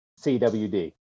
CWD